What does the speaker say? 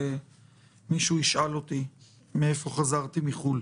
שמישהו ישאל אותי מאיפה חזרתי מחו"ל.